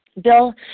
Bill